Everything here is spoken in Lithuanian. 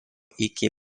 iki